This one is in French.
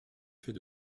fait